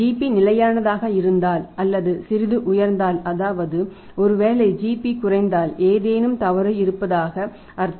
P நிலையானதாக இருந்தால் அல்லது சிறிது உயர்ந்தால் அதாவது ஒருவேளை GP குறைந்தால் ஏதேனும் தவறு இருப்பதாக அர்த்தம்